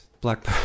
black